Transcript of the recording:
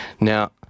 Now